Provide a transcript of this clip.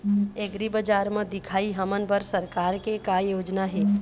एग्रीबजार म दिखाही हमन बर सरकार के का योजना हे?